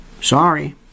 Sorry